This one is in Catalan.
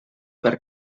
per